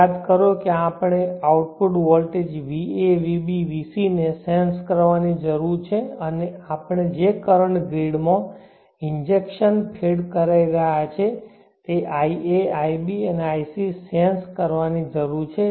યાદ કરો કે આપણે output voltage va vb vc ને સેન્સ કરવાની ની જરૂર છે અને આપણને જે કરંટ ગ્રીડમાં ઇંજેકશન ફેડ કરાઈ રહ્યા છે તે ia ib અને ic સેન્સ કરવાની ની જરૂર છે